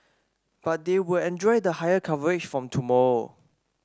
but they will enjoy the higher coverage from tomorrow